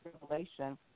revelation